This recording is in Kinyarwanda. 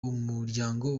umuryango